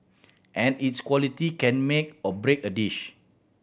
and its quality can make or break a dish